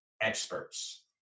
experts